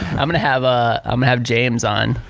i'm gonna have ah um have james on,